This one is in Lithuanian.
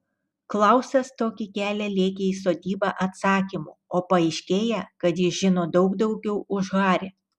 klausas tokį kelią lėkė į sodybą atsakymų o paaiškėja kad jis žino daug daugiau už harį